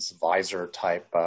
Visor-type